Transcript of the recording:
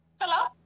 Hello